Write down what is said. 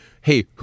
hey